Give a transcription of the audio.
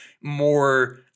more